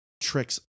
tricks